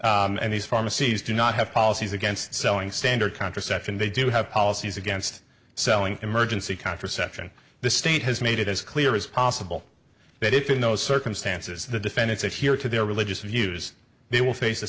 pharmacists and these pharmacies do not have policies against selling standard contraception they do have policies against selling emergency contraception the state has made it as clear as possible that if in those circumstances the defendant say here to their religious views they will face a